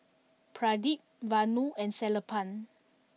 Pradip Vanu and Sellapan